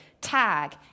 tag